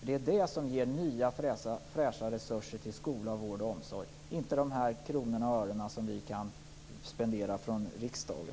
Det är det som ger nya, fräscha resurser till skola, vård och omsorg, inte de kronor och ören som vi kan spendera från riksdagen.